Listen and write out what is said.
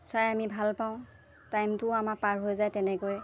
চাই আমি ভাল পাওঁ টাইমটোও আমাৰ পাৰ হৈ যায় তেনেকৈয়ে